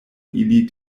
ili